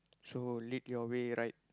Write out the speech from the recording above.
so lead your way right